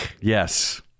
Yes